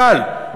קל.